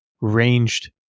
ranged